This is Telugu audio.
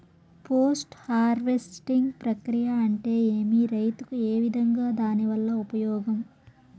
పోస్ట్ హార్వెస్టింగ్ ప్రక్రియ అంటే ఏమి? రైతుకు ఏ విధంగా దాని వల్ల ఉపయోగం?